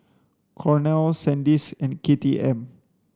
Cornell Sandisk and K T M